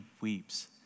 weeps